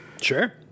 sure